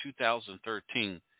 2013